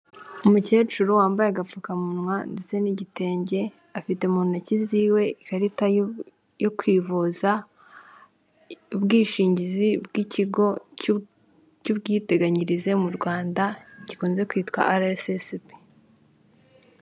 Umukecuru wambaye agapfukamunwa ndetse n'igitenge afite mu ntoki z'iwe ikarita yo kwivuza, ubwishingizi bw'ikigo cy'ubwiteganyirize mu Rwanda gikunze kwitwa RSSB.